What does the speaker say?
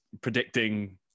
predicting